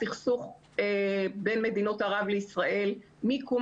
הסכסוך בין מדינות ערב לישראל מקום